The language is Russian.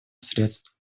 средств